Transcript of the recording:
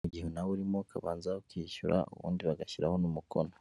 Igihe nawe urimo ukabanza ukishyura, ubundi bagashyiraho n'umukono.